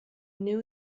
new